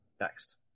next